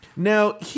Now